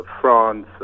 France